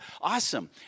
Awesome